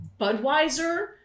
Budweiser